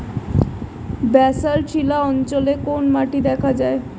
Basalt শিলা অঞ্চলে কোন মাটি দেখা যায়?